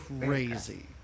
crazy